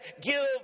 give